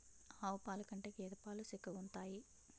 ఆవు పాలు కంటే గేద పాలు సిక్కగుంతాయి